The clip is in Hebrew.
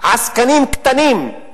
עסקנים קטנים,